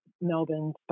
Melbourne